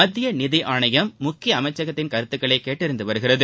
மத்திய நிதி ஆணையம் முக்கிய அமைச்சகங்களின் கருத்துக்களை கேட்டறிந்து வருகிறது